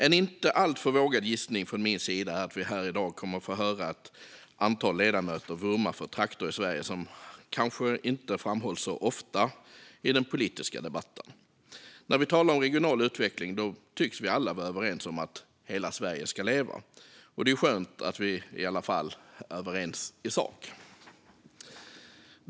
En inte alltför vågad gissning från min sida är att vi här i dag kommer att få höra ett antal ledamöter vurma för trakter i Sverige som kanske inte framhålls så ofta i den politiska debatten. När vi talar om regional utveckling tycks vi alla vara överens om att hela Sverige ska leva, och det är ju skönt att vi i alla fall är överens i sak.